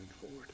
forward